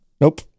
Nope